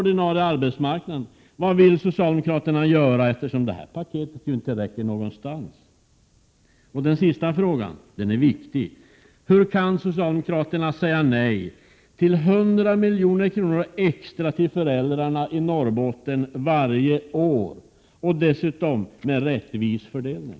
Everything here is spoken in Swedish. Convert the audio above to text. Den sista frågan är viktig och lyder: Hur kan socialdemokraterna säga nej till 100 milj.kr. extra varje år till föräldrar i Norrbotten, dessutom med en rättvis fördelning?